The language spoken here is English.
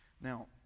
Now